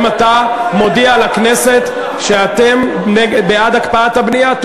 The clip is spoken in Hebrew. אם אתה מודיע לכנסת שאתם בעד הקפאת הבנייה.